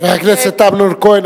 חבר הכנסת אמנון כהן,